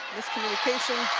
miscommunication.